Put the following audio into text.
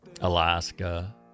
Alaska